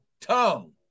tongue